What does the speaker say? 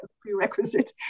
prerequisite